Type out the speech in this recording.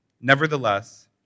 Nevertheless